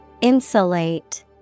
Insulate